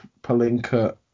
palinka